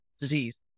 disease